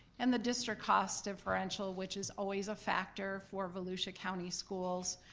and the district cost differential, which is always a factor for volusia county schools.